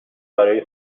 برای